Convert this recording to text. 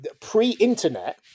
pre-internet